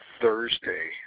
Thursday